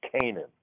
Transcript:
Canaan